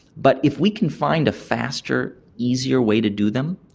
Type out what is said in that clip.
but if we can find a faster, easier way to do them,